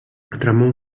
ramon